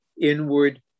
inward